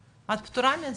את פטורה מזה.